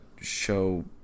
show